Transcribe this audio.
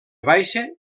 baixa